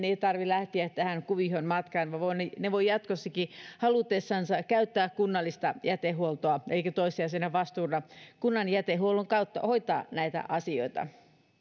ei tarvitse lähteä tähän kuvioon matkaan ne voivat jatkossakin halutessansa käyttää kunnallista jätehuoltoa elikkä voivat toissijaisena vastuuna kunnan jätehuollon kautta hoitaa näitä asioita